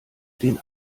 den